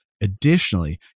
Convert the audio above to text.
Additionally